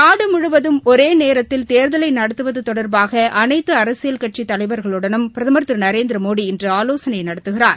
நாடு முழுவதும் ஒரே நேரத்தில் தேர்தலை நடத்துவது தொடர்பாக அனைத்து அரசியல் கட்சித் தலைவர்களுடனும் பிரதமர் திரு நரேந்திரமோடி இன்று ஆலோசனை நடத்துகிறார்